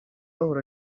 bahura